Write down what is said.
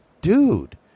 dude